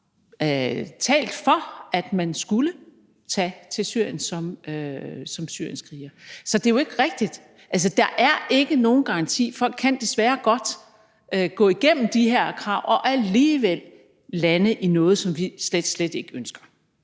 har talt for, at man skulle tage til Syrien som syrienskrigere. Så det er jo ikke rigtigt, hvad der bliver sagt. Der er ikke nogen garanti. Folk kan desværre godt leve op til de her krav og alligevel lande i noget, som vi slet, slet ikke ønsker.